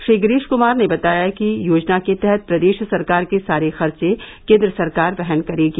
श्री गिरीश कुमार ने बताया कि योजना के तहत प्रदेश सरकार के सारे खर्चे केन्द्र सरकार वहन करेगी